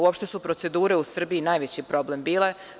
Uopšte su procedure u Srbiji najveći problem bile.